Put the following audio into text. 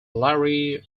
larry